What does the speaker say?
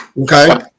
Okay